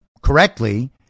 correctly